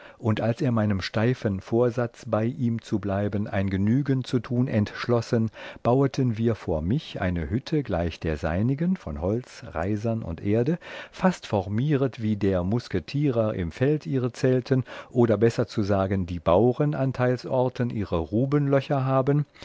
und als er meinem steifen vorsatz bei ihm zu bleiben ein genügen zu tun entschlossen baueten wir vor mich eine hütte gleich der seinigen von holz reisern und erde fast formiert wie der musketierer im feld ihre zelten oder besser zu sagen die bauren an teils orten ihre rubenlöcher haben